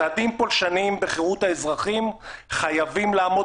צעדים פולשניים בחירות האזרחים חייבים לעמוד